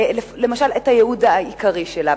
למשל את הייעוד העיקרי שלה.